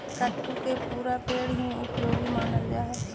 कुट्टू के पुरा पेड़ हीं उपयोगी मानल जा हई